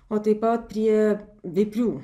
o taip pat prie vėplių